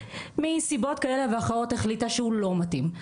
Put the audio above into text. מסיבות כאלו ואחרות החליטה שהוא לא מתאים,